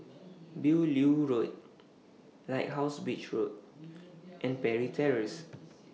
Beaulieu Road Lighthouse Beach Walk and Parry Terrace